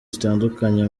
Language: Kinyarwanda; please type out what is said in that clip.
zitandukanye